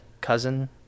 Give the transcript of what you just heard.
cousin